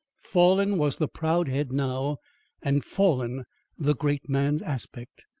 fallen was the proud head now and fallen the great man's aspect.